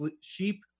sheep